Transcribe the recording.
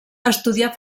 estudià